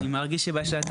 אנחנו מציעים שבסעיף